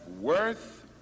worth